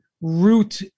root